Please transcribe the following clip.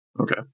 okay